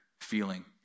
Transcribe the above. feeling